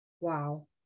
Wow